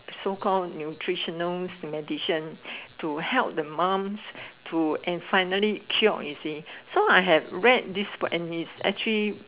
so call nutritional mediation to help the mom to and finally cured you see so I had read this book and it's actually